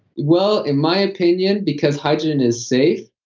well, in my opinion, because hydrogen is safe,